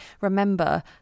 remember